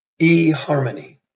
eHarmony